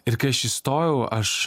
ir kai aš įstojau aš